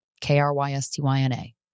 K-R-Y-S-T-Y-N-A